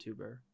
YouTuber